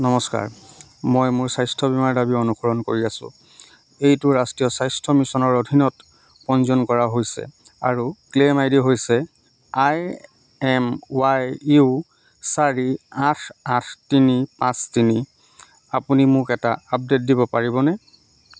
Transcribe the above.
নমস্কাৰ মই মোৰ স্বাস্থ্য বীমাৰ দাবী অনুসৰণ কৰি আছো এইটো ৰাষ্ট্ৰীয় স্বাস্থ্য মিছনৰ অধীনত পঞ্জীয়ন কৰা হৈছে আৰু ক্লেইম আই ডি হৈছে আই এম ৱাই ইউ চাৰি আঠ আঠ তিনি পাঁচ তিনি আপুনি মোক এটা আপডে'ট দিব পাৰিবনে